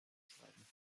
schreiben